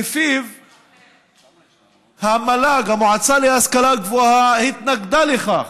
שלפיו המל"ג, המועצה להשכלה גבוהה, התנגדה לכך